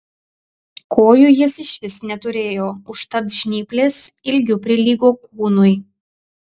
kojų jis išvis neturėjo užtat žnyplės ilgiu prilygo kūnui